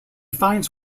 finds